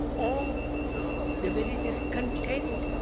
or the very discontent,